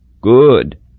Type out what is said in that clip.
Good